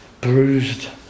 bruised